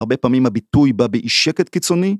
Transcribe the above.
הרבה פעמים הביטוי בא באי שקט קיצוני